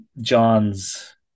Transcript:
John's